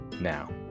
now